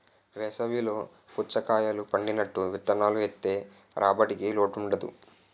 వేసవి లో పుచ్చకాయలు పండినట్టు విత్తనాలు ఏత్తె రాబడికి లోటుండదు